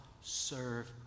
serve